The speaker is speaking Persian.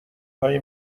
های